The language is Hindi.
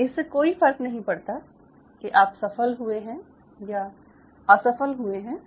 इससे कोई फर्क नहीं पड़ता कि आप सफल हुए हैं या असफल हुए हैं